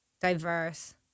diverse